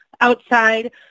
outside